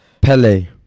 Pele